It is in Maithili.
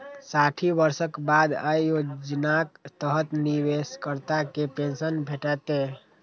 साठि वर्षक बाद अय योजनाक तहत निवेशकर्ता कें पेंशन भेटतै